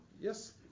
yes